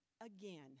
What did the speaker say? again